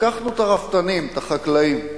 לקחנו את הרפתנים, את החקלאים,